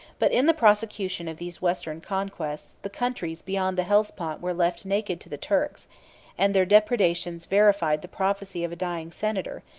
but in the prosecution of these western conquests, the countries beyond the hellespont were left naked to the turks and their depredations verified the prophecy of a dying senator,